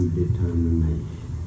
determination